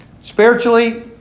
Spiritually